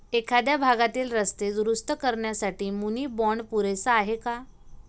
एखाद्या भागातील रस्ते दुरुस्त करण्यासाठी मुनी बाँड पुरेसा आहे का?